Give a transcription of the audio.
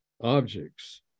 objects